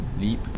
leap